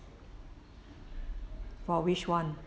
for which [one]